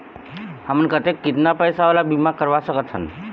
हमन कतेक कितना पैसा वाला बीमा करवा सकथन?